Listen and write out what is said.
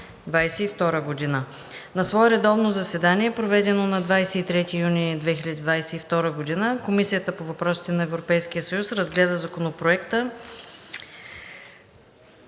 на 27 май 2022 г. На свое редовно заседание, проведено на 23 юни 2022 г. Комисията по въпросите на Европейския съюз разгледа Законопроекта.